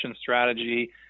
strategy